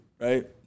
right